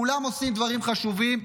כולם עושים דברים חשובים,